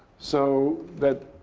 so that